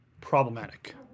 problematic